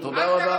תודה.